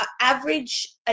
average